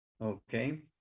okay